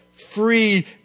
free